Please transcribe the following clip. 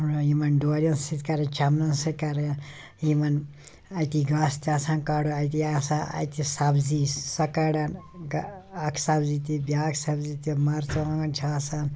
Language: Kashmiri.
یِمَن ڈورٮ۪ن سۭتۍ کران چَمنَن سۭتۍ کران یِمَن اَتی گاسہٕ تہِ آسان کَڑُن اَتی آسان اَتہِ یہِ سبزی سۄ کَڑان اَکھ سبزی تہِ بیٛاکھ سبزی تہِ مَرژٕوانٛگن چھِ آسان